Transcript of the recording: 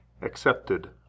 accepted